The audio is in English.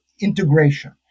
integration